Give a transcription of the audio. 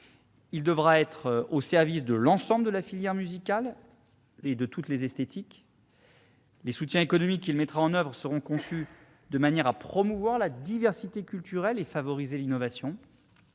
devra être au service de l'ensemble de la filière musicale et de toutes les esthétiques. Les soutiens économiques qu'il mettra en oeuvre seront conçus de manière à promouvoir la diversité culturelle et à favoriser l'innovation.